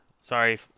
Sorry